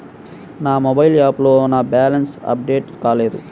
నా మొబైల్ యాప్లో నా బ్యాలెన్స్ అప్డేట్ కాలేదు